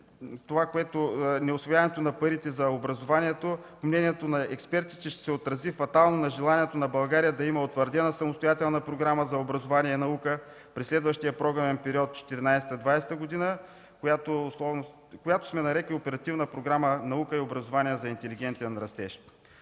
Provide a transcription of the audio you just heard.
е възможно. Неусвояването на парите за образование по мнение на експертите ще се отрази фатално на желанието на България да има утвърдена самостоятелна програма за образование и наука през следващия програмен период 2014–2020 г., която сме нарекли Оперативна програма „Наука и образование за интелигентен растеж”.